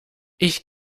ich